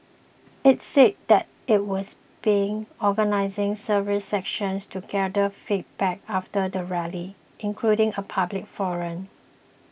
it said that it was be organising several sessions to gather feedback after the Rally including a public forum